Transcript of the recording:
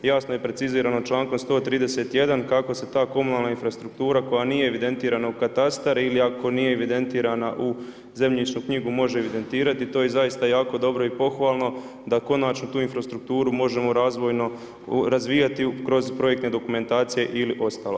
Jasno je precizirano člankom 131. kako se ta komunalna infrastruktura koja nije evidentirana u katastar ili ako nije evidentirana u zemljišnu knjigu može evidentirati, to je zaista jako dobro i pohvalno da konačno tu infrastrukturu možemo razvojno razvijati kroz projektne dokumentacije ili ostalo.